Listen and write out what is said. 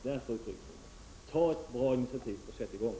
Därför, herr utrikesminister, ta ett bra initiativ och sätt i gång!